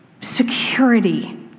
Security